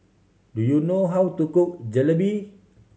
do you know how to cook Jalebi